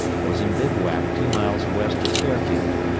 was in bivouac two miles west of fairfield.